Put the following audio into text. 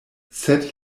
sed